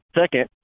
Second